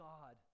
God